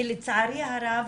כי לצערי הרב